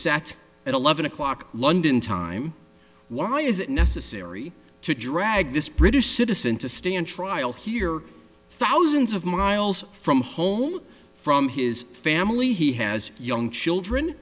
set at eleven o'clock london time why is it necessary to drag this british citizen to stand trial here thousands of miles from home from his family he has young children